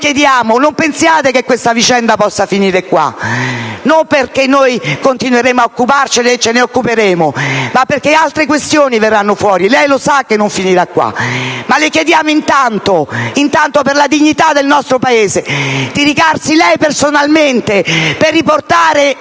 umani. Non pensiate che questa vicenda possa finire qua, non perché continueremo ad occuparcene (anche se lo faremo), ma perché altre questioni verranno fuori. Lei lo sa che non finirà qua, ma le chiediamo intanto, per la dignità del nostro Paese, di andare personalmente a prendere